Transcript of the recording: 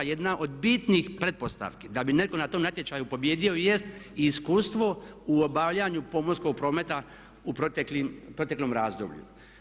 Jedna od bitnih pretpostavki da bi netko na tom natječaju pobijedio jest iskustvo u obavljanju pomorskog prometa u proteklom razdoblju.